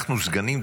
אנחנו סגנים,